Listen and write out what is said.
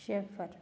shepherd